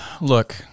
Look